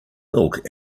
milk